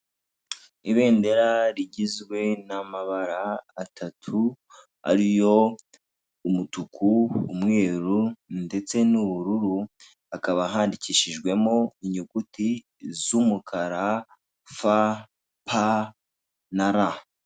Ibendera rigizwe n'amabara atatu ariyo umutuku, umweru ndetse n'ubururu hakaba handikishijwemo inyuguti z'umukara: f ,p na r.